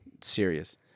Serious